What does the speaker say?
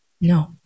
No